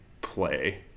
play